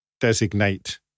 designate